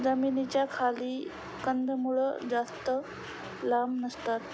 जमिनीच्या खाली कंदमुळं जास्त लांब नसतात